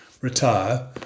retire